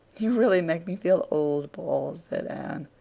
you really make me feel old, paul said anne.